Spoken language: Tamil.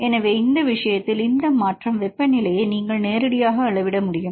எனவே இந்த விஷயத்தில் இந்த மாற்றம் வெப்பநிலையை நீங்கள் நேரடியாக அளவிடமுடியும்